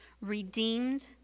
redeemed